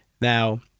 Now